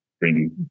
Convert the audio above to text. bring